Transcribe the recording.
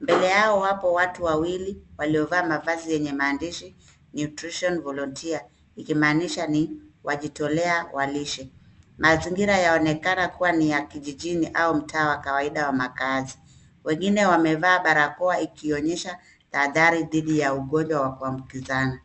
Mbele yao wapo watu wawili waliovaa mavazi yenye maandishi nutrition volunteer ikimaanisha ni wajitolea walishe. Mazingira yaonekana kuwa ni ya kijijini au mtaa wa kawaida wa makazi. Wengine wamevaa barakoa ikionyesha tahadhari dhidi ya ugonjwa wa kuambukizana.